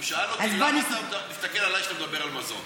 הוא שאל אותי: למה אתה מסתכל עליי כשאתה מדבר על מזון?